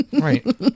Right